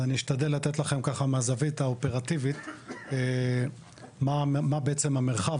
אז אני אשתדל לתת לכם מהזווית האופרטיבית מה בעצם המרחב,